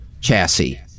chassis